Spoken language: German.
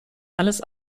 alles